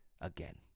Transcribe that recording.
again